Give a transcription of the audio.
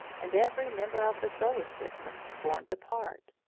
and every member of the solar system, formed a part.